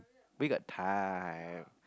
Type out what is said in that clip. we got time